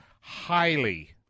highly